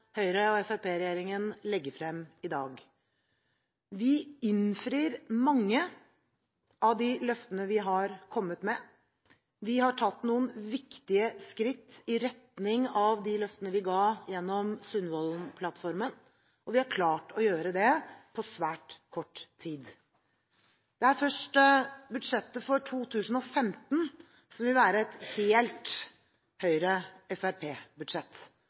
legger frem i dag. Vi innfrir mange av de løftene vi har kommet med. Vi har tatt noen viktige skritt i retning av de løftene vi ga gjennom Sundvolden-plattformen, og vi har klart å gjøre det på svært kort tid. Det er først budsjettet for 2015 som vil være et helt